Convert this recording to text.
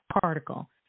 particle